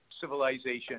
civilization